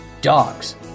dogs